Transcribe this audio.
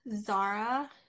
Zara